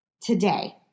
today